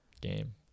game